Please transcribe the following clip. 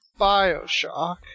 Bioshock